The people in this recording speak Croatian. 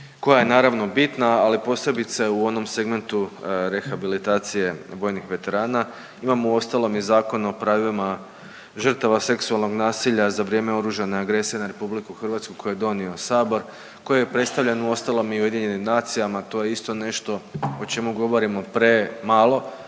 koja je naravno bitna ali posebice u onom segmentu rehabilitacije vojnih veterana, imamo uostalom i Zakon o pravima žrtava seksualnog nasilja za vrijeme oružane agresije na RH koji je donio sabor, koji je predstavljen uostalom i u Ujedinjenim nacijama. To je isto nešto o čemu govorimo premalo,